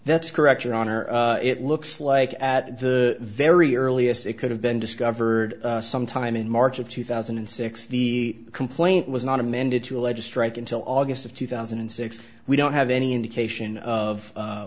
that's correct your honor it looks like at the very earliest it could have been discovered sometime in march of two thousand and six the complaint was not amended to allege a strike until august of two thousand and six we don't have any indication of